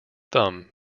thumb